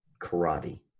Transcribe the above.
karate